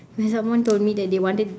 when someone told me that they wanted